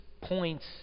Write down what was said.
points